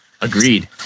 Agreed